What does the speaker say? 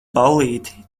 ballīti